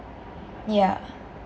ya